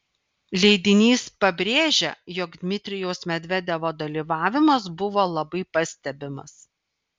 leidinys pabrėžia jog dmitrijaus medvedevo dalyvavimas buvo labai pastebimas